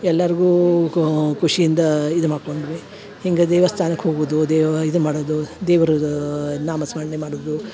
ಎಲ್ಲರಿಗು ಖುಷಿಯಿಂದ ಇದು ಮಾಡ್ಕೊಂಡ್ವಿ ಹಿಂಗೆ ದೇವಸ್ಥಾನಕ್ಕೆ ಹೋಗುದು ದೇವ ಇದನ್ನ ಮಾಡೋದು ದೇವ್ರದ ನಾಮ ಸ್ಮರಣೆ ಮಾಡುದು